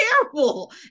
terrible